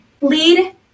lead